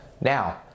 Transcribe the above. Now